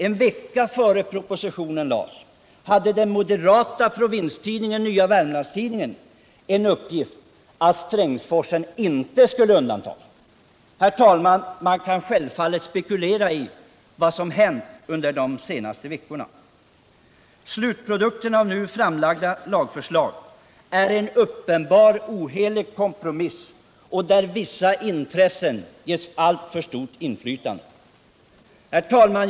En vecka innan propositionen lades fram hade den moderata provinstidningen Nya Wermlands-Tidningen en uppgift om att Strängsforsen inte skulle undantas. Herr talman! Man kan självfallet spekulera i vad som hänt under de senaste veckorna. Slutprodukten av nu framlagda lagförslag är en uppenbar ohelig kompromiss, där vissa intressen getts ett alltför stort inflytande. Herr talman!